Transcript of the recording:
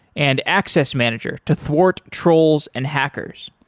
and access manager to thwart trolls and hackers.